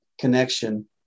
connection